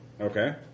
Okay